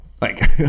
Like-